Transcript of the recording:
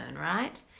right